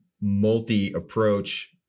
multi-approach